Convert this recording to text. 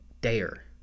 dare